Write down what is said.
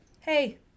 hey